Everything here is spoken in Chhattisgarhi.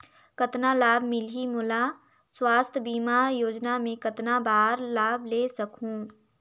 कतना लाभ मिलही मोला? स्वास्थ बीमा योजना मे कतना बार लाभ ले सकहूँ?